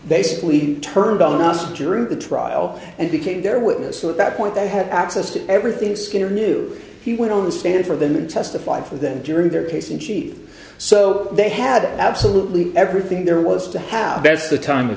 basically turned on us during the trial and became their witness that that point they had access to everything skinner knew he went on the stand for them and testified for them during their case and cheap so they had absolutely everything there was to have best the time